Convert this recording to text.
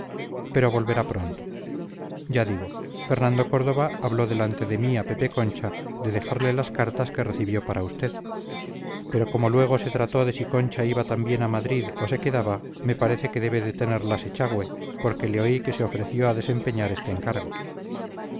pero volverá pronto ya digo fernando córdova habló delante de mí a pepe concha de dejarle las cartas que recibió para usted pero como luego se trató de si concha iba también a madrid o se quedaba me parece que debe de tenerlas echagüe porque le oí que se ofreció a desempeñar este encargo